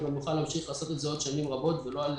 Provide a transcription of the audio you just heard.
גם יוכל להמשיך לעשות את זה עוד שנים רבות ולא עוד